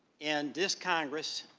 and this congress,